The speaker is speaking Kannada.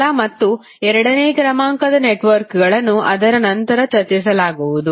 ಮೊದಲ ಮತ್ತು ಎರಡನೇ ಕ್ರಮಾಂಕದ ನೆಟ್ವರ್ಕ್ಗಳನ್ನು ಅದರ ನಂತರ ಚರ್ಚಿಸಲಾಗುವುದು